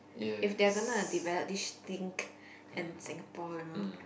if they are gonna develop this think and Singapore you know